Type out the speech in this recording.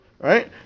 right